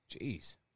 Jeez